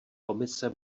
komise